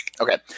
Okay